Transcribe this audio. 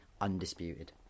undisputed